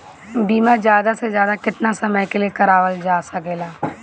बीमा ज्यादा से ज्यादा केतना समय के लिए करवायल जा सकेला?